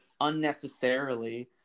unnecessarily